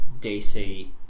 DC